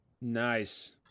Nice